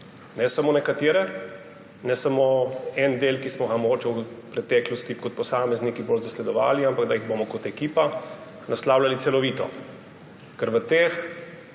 Ne samo nekatere, ne samo en del, ki smo ga mogoče v preteklosti kot posamezniki bolj zasledovali, ampak da jih bomo kot ekipa naslavljali celovito. Ker v teh